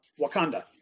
Wakanda